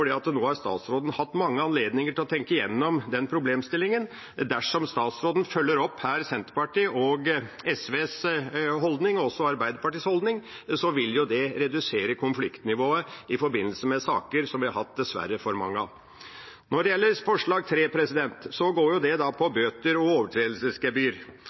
nå har statsråden hatt mange anledninger til å tenke igjennom den problemstillingen. Dersom statsråden følger opp Senterpartiet, SV og Arbeiderpartiets holdning, vil det redusere konfliktnivået i forbindelse med saker vi dessverre har hatt for mange av. Når det gjelder forslag nr. 3, går det på bøter og overtredelsesgebyr. Det å gjennomgå bøter og overtredelsesgebyr